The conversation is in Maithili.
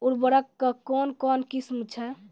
उर्वरक कऽ कून कून किस्म छै?